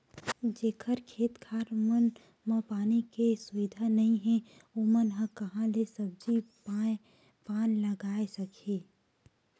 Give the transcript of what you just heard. जेखर खेत खार मन म पानी के सुबिधा नइ हे ओमन ह काँहा ले सब्जी पान लगाए सकही